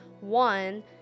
one